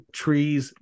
trees